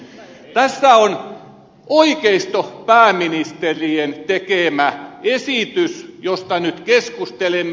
tässä on oikeistopääministerien tekemä esitys josta nyt keskustelemme